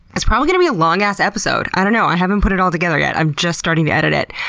it's probably going to be a long-ass episode. i don't know, i haven't put it all together yet. i'm just starting to edit it,